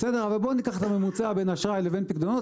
אבל אם ניקח את הממוצע בין אשראי לבין פיקדונות,